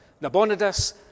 Nabonidus